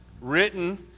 written